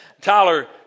Tyler